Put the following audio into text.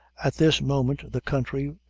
at this moment the country,